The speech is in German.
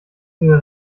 dir